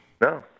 no